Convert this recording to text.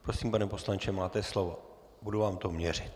Prosím, pane poslanče, máte slovo, budu vám to měřit.